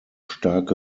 starke